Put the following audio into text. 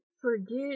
forget